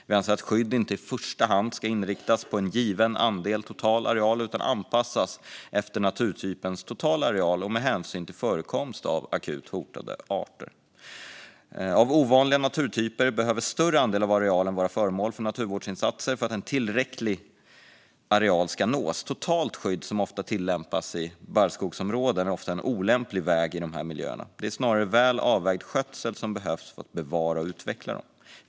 Vi anser att skydd inte i första hand ska inriktas på en given andel av total areal utan anpassas efter naturtypens totala areal och med hänsyn till förekomst av akut hotade arter. När det gäller ovanliga naturtyper behöver större andel av arealen vara föremål för naturvårdsinsatser för att en tillräcklig areal ska nås. Totalt skydd, som ofta tillämpas i barrskogsområden, är ofta en olämplig väg i dessa miljöer. Det är snarare väl avvägd skötsel som behövs för att bevara och utveckla dem.